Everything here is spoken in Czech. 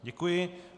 Děkuji.